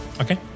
Okay